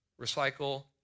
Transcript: recycle